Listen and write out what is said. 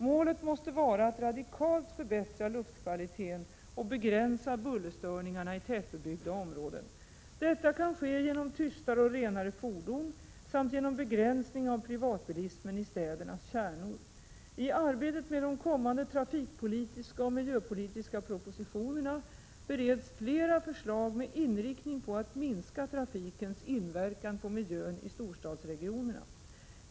Målet måste vara att radikalt förbättra luftkvaliteten och begränsa bullerstörningarna i tätbebyggda områden. Detta kan ske genom tystare och renare fordon samt genom begränsning av privatbilismen i städernas kärnor. I arbetet med de kommande trafikpolitiska och miljöpolitiska propositionerna bereds flera förslag med inriktning på att minska trafikens inverkan på miljön i storstadsregionerna.